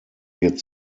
wird